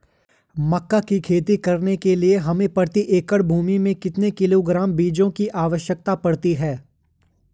मक्का की खेती करने के लिए हमें प्रति एकड़ भूमि में कितने किलोग्राम बीजों की आवश्यकता पड़ती है?